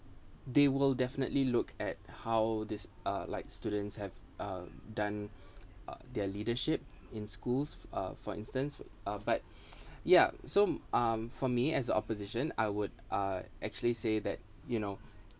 they will definitely look at how this uh like students have uh done uh their leadership in schools uh for instance uh but yeah so um for me as the opposition I would uh actually say that you know